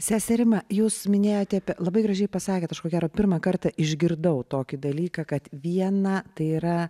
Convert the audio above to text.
sese rima jūs minėjote apie labai gražiai pasakėt aš ko gero pirmą kartą išgirdau tokį dalyką kad viena tai yra